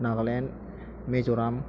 Nagaland Mizoram